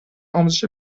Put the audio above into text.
آموزش